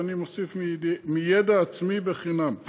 ואני מוסיף מידע עצמי חינם.